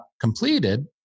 completed